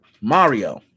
mario